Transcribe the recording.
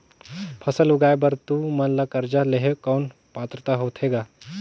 फसल उगाय बर तू मन ला कर्जा लेहे कौन पात्रता होथे ग?